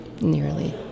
nearly